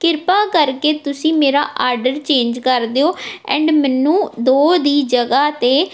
ਕਿਰਪਾ ਕਰਕੇ ਤੁਸੀਂ ਮੇਰਾ ਆਰਡਰ ਚੇਂਜ ਕਰ ਦਿਓ ਐਂਡ ਮੈਨੂੰ ਦੋ ਦੀ ਜਗ੍ਹਾ 'ਤੇ